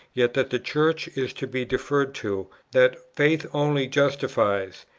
yet that the church is to be deferred to, that faith only justifies,